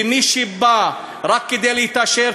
ומי שבא רק כדי להתעשר,